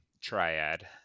triad